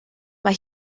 mae